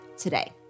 today